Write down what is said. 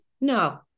No